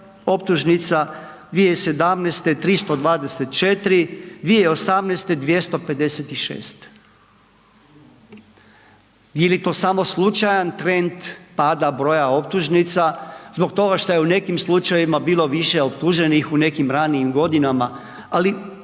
optužnica, 2017. 324, 2018. 256, je li to samo slučajan trend pada broja optužnica zbog toga šta je u nekim slučajevima bilo više optuženih u nekim ranijim godinama, ali to su brojke statističke